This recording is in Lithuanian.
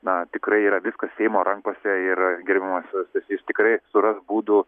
na tikrai yra viskas seimo rankose ir gerbiamas stasys tikrai suras būdų